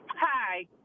Hi